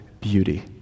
beauty